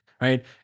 right